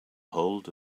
hold